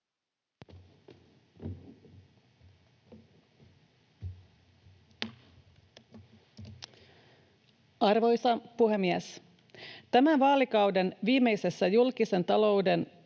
Arvoisa puhemies! Tämän vaalikauden viimeisessä julkisen talouden